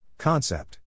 Concept